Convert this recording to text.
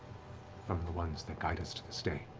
from the ones that guide us to this day.